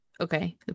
Okay